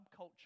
subculture